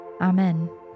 Amen